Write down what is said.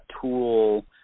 tool